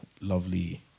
lovely